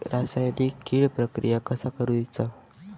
रासायनिक कीड प्रक्रिया कसा करायचा?